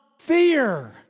fear